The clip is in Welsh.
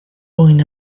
boen